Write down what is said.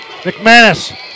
McManus